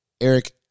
Eric